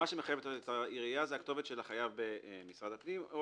מה שמחייב את העירייה זה כתובת החייב במשרד הפנים או